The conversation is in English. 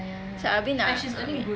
abeh nak